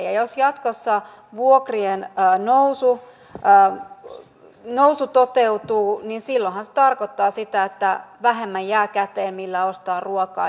ja jos jatkossa vuokrien nousu toteutuu niin silloinhan se tarkoittaa sitä että käteen jää vähemmän millä ostaa ruokaa